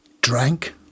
drank